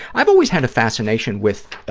i've always had a fascination with